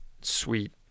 sweet